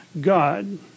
God